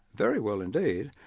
very well indeed,